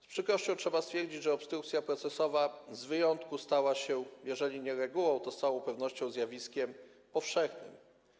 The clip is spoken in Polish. Z przykrością trzeba stwierdzić, że obstrukcja procesowa z wyjątku stała się jeżeli nie regułą, to z całą pewnością zjawiskiem powszechnym.